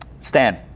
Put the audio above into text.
Stan